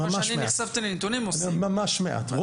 ממש מעט.